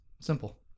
Simple